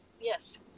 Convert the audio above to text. yes